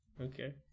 Okay